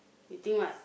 you think what